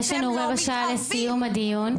להלן תרגומם: יש לנו רבע שעה לסיום הדיון.